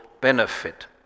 benefit